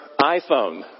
iPhone